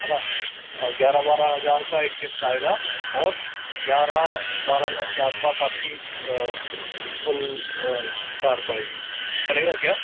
है ना ग्यारह बारह हजार का एक किस्त आएगा ओर ग्यारह बारह लाख के आसपास आपकी कुल कार पड़ेगी चलेगा क्या